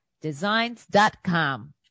Designs.com